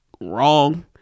Wrong